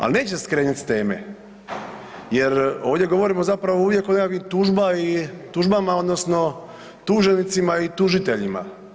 Ali neću skrenuti s teme jer ovdje govorimo zapravo uvijek o nekakvim tužbama odnosno tuženicima i tužiteljima.